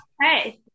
Hey